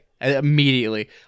Immediately